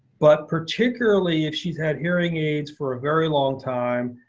but particularly if she's had hearing aids for a very long time,